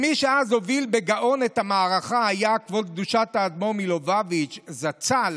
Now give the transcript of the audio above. מי שאז הוביל בגאון את המערכה היה כבוד קדושת האדמו"ר מלובביץ' זצ"ל,